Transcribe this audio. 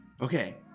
Okay